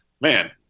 man